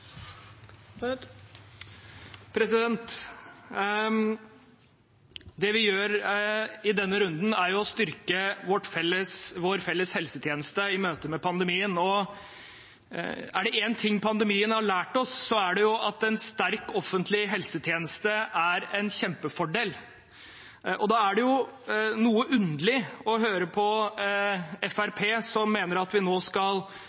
å styrke vår felles helsetjeneste i møtet med pandemien. Er det én ting pandemien har lært oss, er det at en sterk offentlig helsetjeneste er en kjempefordel. Da er det noe underlig å høre på Fremskrittspartiet, som mener at vi nå skal